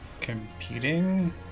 competing